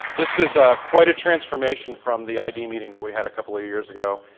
this is quite a transformation from the id meeting that we had a couple of years ago.